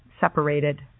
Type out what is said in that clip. separated